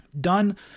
done